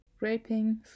raping